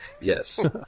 Yes